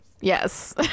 yes